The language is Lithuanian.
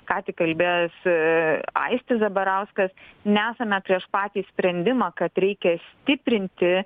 ką tik kalbėjosi aistis zabarauskas nesame prieš patį sprendimą kad reikia stiprinti